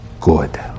good